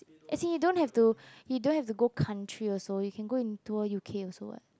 as in you don't have to you don't have to go country also you can go and tour U_K also [what]